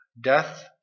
Death